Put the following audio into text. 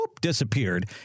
disappeared